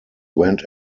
went